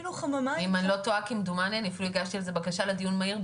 אם אני לא טועה אני אפילו הגשתי על זה בקשה לדיון מהיר.